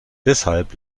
deshalb